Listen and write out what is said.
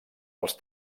els